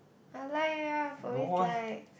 I like eh I've always liked